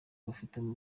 bafite